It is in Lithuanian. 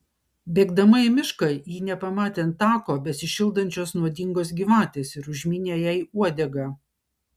bėgdama į mišką ji nepamatė ant tako besišildančios nuodingos gyvatės ir užmynė jai uodegą